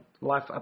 Life